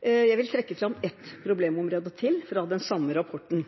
Jeg vil trekke fram et problemområde til fra den samme rapporten.